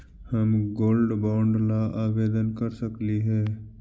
हम gold bond ला आवेदन कर सकली हे?